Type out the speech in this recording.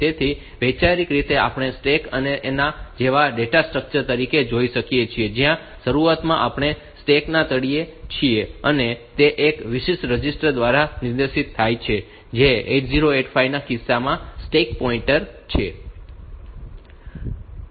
તેથી વૈચારિક રીતે આપણે તે સ્ટેક ને આના જેવા ડેટા સ્ટ્રક્ચર તરીકે જોઈ શકીએ છીએ જ્યાં શરૂઆતમાં આપણે સ્ટેક ના તળિયે છીએ અને તે એક વિશિષ્ટ રજિસ્ટર દ્વારા નિર્દેશિત થાય છે જે 8085 ના કિસ્સામાં સ્ટેક પોઇન્ટર છે